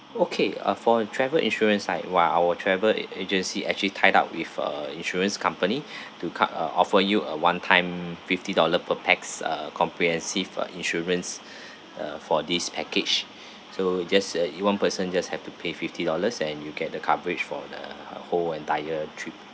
okay uh for travel insurance like while our travel a~ agency actually tied up with uh insurance company to cut uh offer you a one time fifty dollar per pax uh uh comprehensive uh insurance uh for this package so just uh it one person just have to pay fifty dollars and you get the coverage for the uh ah whole entire trip